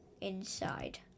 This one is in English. inside